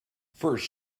first